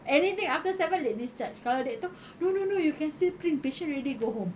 anything after seven late discharge kalau dia tu no no no you can still print patient already go home